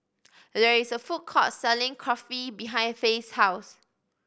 there is a food court selling Kulfi behind Fae's house